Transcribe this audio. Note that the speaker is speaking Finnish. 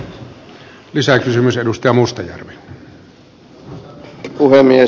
arvoisa puhemies